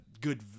good